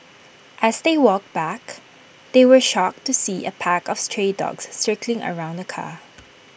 as they walked back they were shocked to see A pack of stray dogs circling around the car